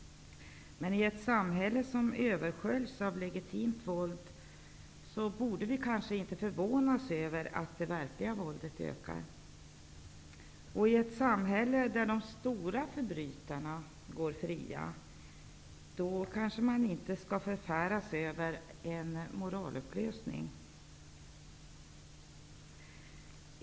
Men i ett samhälle som översköljs av legitimt våld borde vi kanske inte förvånas över att det verkliga våldet ökar. I ett samhälle där de stora förbrytarna går fria skall man kanske inte förfäras över en moralupplösning.